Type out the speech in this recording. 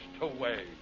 away